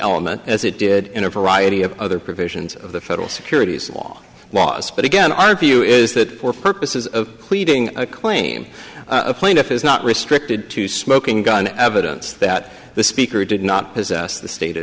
element as it did in a variety of other provisions of the federal securities law laws but again our view is that for purposes of pleading a claim a plaintiff is not restricted to smoking gun evidence that the speaker did not possess the state